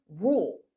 rule